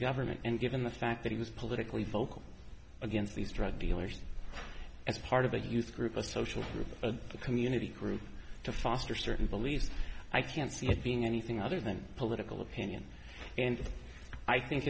government and given the fact that he was politically vocal against these drug dealers as part of a youth group a social community group to foster certain beliefs i can't see it being anything other than political opinion and i think